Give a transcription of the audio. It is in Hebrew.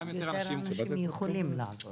גם יותר אנשים --- יותר אנשים יכולים לעבוד.